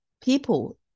people